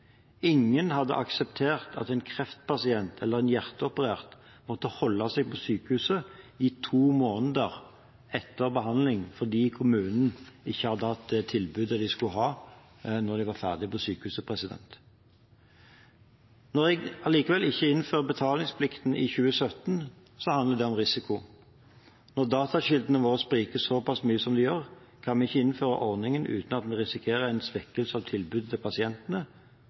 Ingen hadde akseptert at en kreftpasient eller en hjerteoperert måtte holde seg på sykehuset i to måneder etter behandling fordi kommunen ikke hadde det tilbudet de skulle hatt, når de var ferdige på sykehuset. Når jeg allikevel ikke innfører betalingsplikten i 2017, handler det om risiko. Når datakildene våre spriker såpass mye som de gjør, kan vi ikke innføre ordningen uten at vi risikerer en svekkelse i tilbudet til pasientene.